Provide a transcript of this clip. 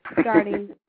starting